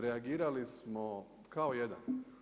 Reagirali smo kao jedan.